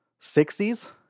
60s